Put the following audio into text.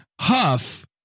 Huff